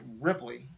ripley